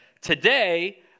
today